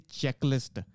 checklist